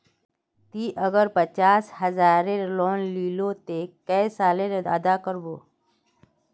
ती अगर पचास हजारेर लोन लिलो ते कै साले अदा कर बो?